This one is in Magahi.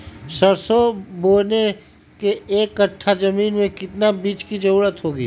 सरसो बोने के एक कट्ठा जमीन में कितने बीज की जरूरत होंगी?